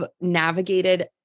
navigated